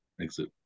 exit